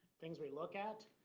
things we look at